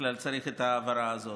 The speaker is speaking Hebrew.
בכלל צריך את ההעברה הזאת?